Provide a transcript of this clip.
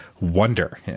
wonder